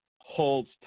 holds